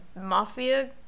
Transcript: mafia